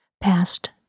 past